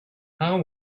how